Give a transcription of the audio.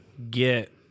get